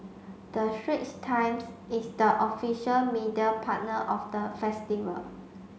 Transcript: the Straits Times is the official media partner of the festival